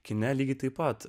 kine lygiai taip pat